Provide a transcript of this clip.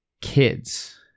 kids